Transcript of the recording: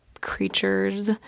creatures